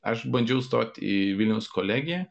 aš bandžiau stot į vilniaus kolegiją